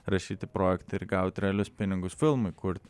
rašyti projektą ir gauti realius pinigus filmui kurti